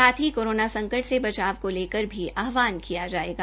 साथ ही साथ कोरोना संकट से बचाव को लेकर भी आहवान किया जाएगा